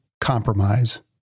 compromise